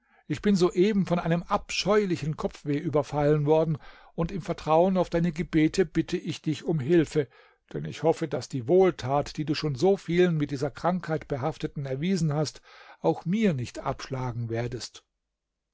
ich bin soeben von einem abscheulichen kopfweh überfallen worden und im vertrauen auf deine gebete bitte ich dich um hilfe denn ich hoffe daß die wohltat die du schon so vielen mit dieser krankheit behafteten erwiesen hast auch mir nicht abschlagen werdest